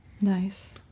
Nice